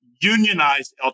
unionized